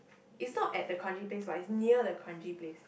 it's not at the kranji place but it's near the kranji place